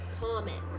comment